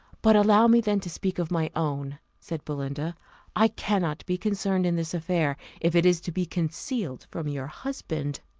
but allow me then to speak of my own, said belinda i cannot be concerned in this affair, if it is to be concealed from your husband.